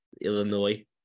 Illinois